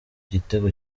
gitego